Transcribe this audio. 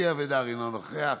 אלי אבידר, אינו נוכח.